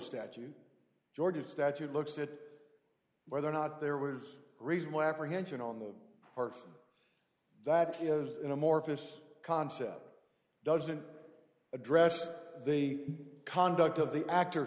statute georgia statute looks at whether or not there was a reason why apprehension on the part that is in amorphous concept doesn't address the conduct of the actor